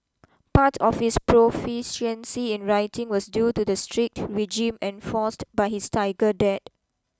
part of his proficiency in writing was due to the strict regime enforced by his tiger dad